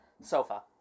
Sofa